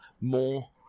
more